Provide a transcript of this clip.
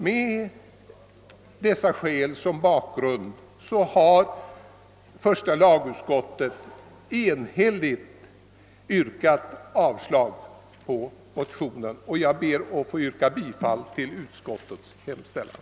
Med hänsyn till dessa skäl har första lagutskottet enhälligt avstyrkt motionen, och jag kommer, herr talman, att yrka bifall till utskottets hemställan.